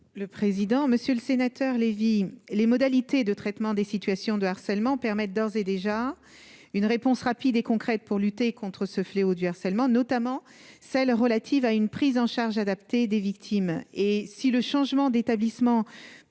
le président, Monsieur le Sénateur Lévy les modalités de traitement des situations de harcèlement permettent d'ores et déjà une réponse rapide et concrète pour lutter contre ce fléau du harcèlement, notamment celles relatives à une prise en charge adaptée des victimes et si le changement d'établissement peut